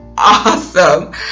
awesome